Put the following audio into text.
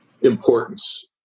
importance